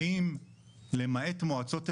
האם למעט מועצות אזוריות,